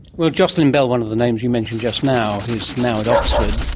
well, jocelyn bell, one of the names you mentioned just now, who is now at oxford,